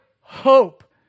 hope